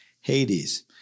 Hades